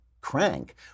crank